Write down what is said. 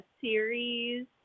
series